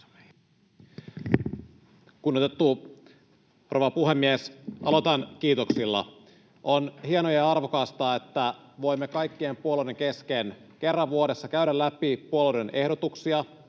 Kunnioitettu rouva puhemies! Aloitan kiitoksilla. On hienoa ja arvokasta, että voimme kaikkien puolueiden kesken kerran vuodessa käydä läpi puolueiden ehdotuksia